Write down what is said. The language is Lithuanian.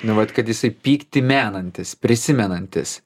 nu vat kad jisai pyktį menantis prisimenantis